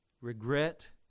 regret